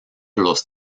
los